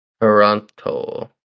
Toronto